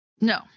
No